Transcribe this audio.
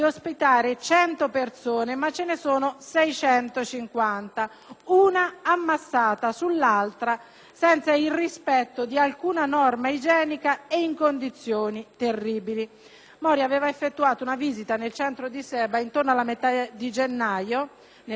una ammassata sull'altra, senza il rispetto di alcuna norma igienica e in condizione terribili. Mori aveva effettuato una visita nel centro di Seba intorno a metà gennaio 2005, cinque giorni prima dell'incontro dell'allora